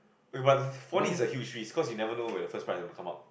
wait but four D is the huge risk cause you never know whether first prize ever come out